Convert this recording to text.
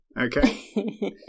okay